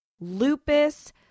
lupus